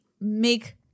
make